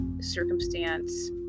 circumstance